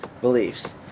beliefs